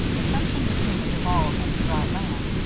the section between the duvals and dry land,